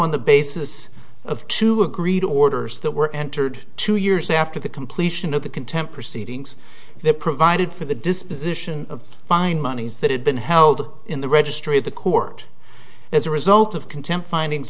on the basis of two agreed orders that were entered two years after the completion of the contempt proceedings they provided for the disposition of fine moneys that had been held in the registry of the court as a result of contempt findings